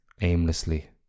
aimlessly